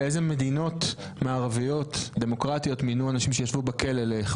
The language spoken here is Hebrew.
באיזו מדינות מערביות דמוקרטיות מינו לכהונת שרים אנשים שישבו בכלא?